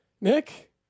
Nick